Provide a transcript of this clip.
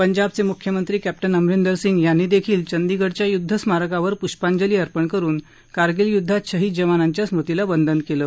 पंजाबाचे मुख्यमंत्री क अमरिंदर सिंग यांनी देखील चंदीगडच्या युद्ध स्मारकावर पुष्पाजली अर्पण करुन कारगिल युद्धात शहीद जवांनाच्या स्मृतिला वंदन केलं